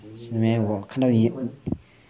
所以我看到